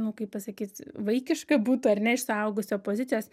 nu kaip pasakyt vaikiška būtų ar ne iš suaugusio pozicijos